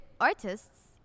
artists